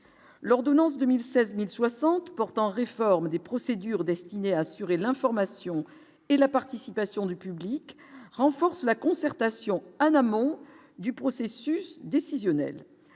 l'ordonnance de 1016 1060 portant réforme des procédures destinées à assurer l'information et la participation du public renforce la concertation un amont du processus décisionnel,